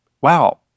wow